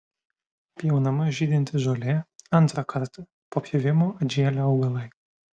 pjaunama žydinti žolė antrą kartą po pjovimo atžėlę augalai